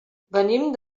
venim